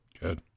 Good